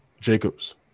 Jacobs